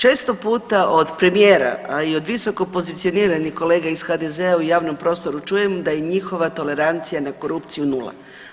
Često puta od premijera, a i od visoko pozicioniranih kolega iz HDZ-a u javnom prostoru čujem da je njihova tolerancija na korupciju nula.